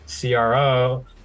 CRO